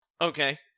Okay